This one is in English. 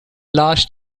last